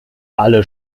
alle